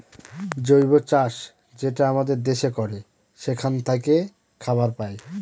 জৈব চাষ যেটা আমাদের দেশে করে সেখান থাকে খাবার পায়